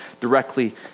directly